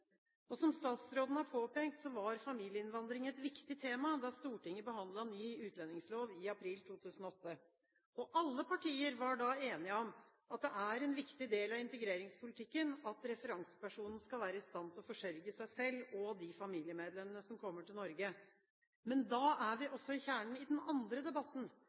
Som statsråden har påpekt, var familieinnvandring et viktig tema da Stortinget behandlet ny utlendingslov i april 2008. Alle partier var da enige om at det er en viktig del av integreringspolitikken at referansepersonen skal være i stand til å forsørge seg selv og de familiemedlemmene som kommer til Norge. Men da er vi også ved kjernen i den andre debatten,